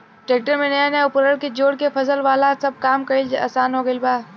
tractor में नया नया उपकरण के जोड़ के फसल वाला सब काम कईल आसान हो गईल बा